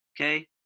Okay